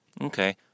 Okay